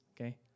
okay